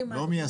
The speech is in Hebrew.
נעמי,